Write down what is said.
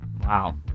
Wow